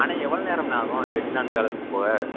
அண்ணேன் எவ்வளோ நேரம்ண்ணே ஆகும் செட்டிநாடு பேலஸ்க்கு போக